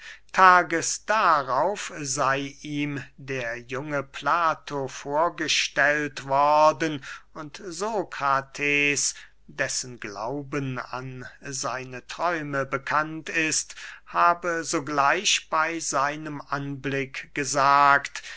tages darauf sey ihm der junge plato vorgestellt worden und sokrates dessen glaube an seine träume bekannt ist habe sogleich bey seinem anblick gesagt